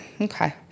Okay